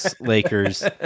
Lakers